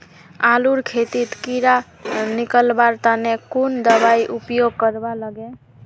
आलूर खेतीत कीड़ा निकलवार तने कुन दबाई उपयोग करवा लगे?